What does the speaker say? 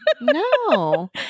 No